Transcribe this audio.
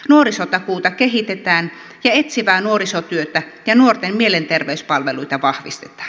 nuorisotakuuta kehitetään ja etsivää nuorisotyötä ja nuorten mielenterveyspalveluita vahvistetaan